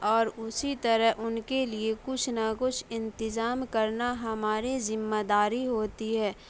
اور اسی طرح ان کے لیے کچھ نہ کچھ انتظام کرنا ہماری ذمہ داری ہوتی ہے